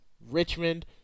Richmond